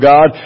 God